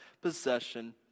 possession